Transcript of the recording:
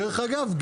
דרך אגב,